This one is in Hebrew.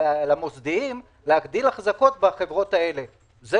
שהמוסדיים יגדילו אחזקות בבזק,